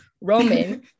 Roman